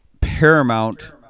paramount